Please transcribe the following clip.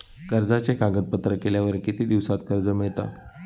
कर्जाचे कागदपत्र केल्यावर किती दिवसात कर्ज मिळता?